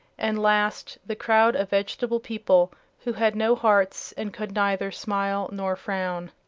and last the crowd of vegetable people who had no hearts and could neither smile nor frown.